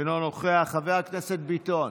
אינו נוכח, חבר הכנסת ביטון,